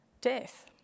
death